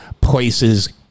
places